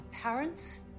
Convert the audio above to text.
parents